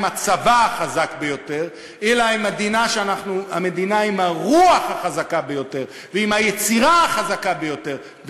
הצבא החזק ביותר אלא המדינה עם הרוח החזקה ביותר ועם היצירה החזקה ביותר,